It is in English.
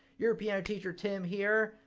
your piano teacher tim here,